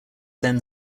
then